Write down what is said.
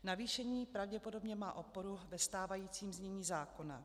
Navýšení pravděpodobně má oporu ve stávajícím znění zákona.